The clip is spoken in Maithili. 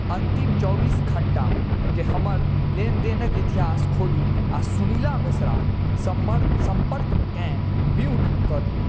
अन्तिम चौबीस घण्टाके हमर लेनदेनक इतिहास खोलू आओर सुनीला मिश्रा सम्पर्कके म्यूट कऽ दियौ